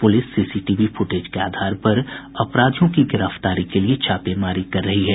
प्रलिस CCTV footage के आधार पर अपराधियों की गिरफ्तारी के लिये छापेमारी कर रही है